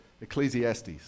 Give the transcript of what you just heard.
Ecclesiastes